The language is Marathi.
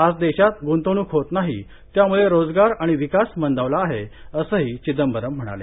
आज देशात ग्ंतवणूक होत नाही त्याम्ळे रोजगार आणि विकास मंदावला आहे असंही चिदंबर म्हणाले